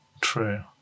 True